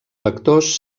factors